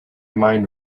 mind